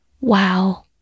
Wow